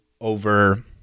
over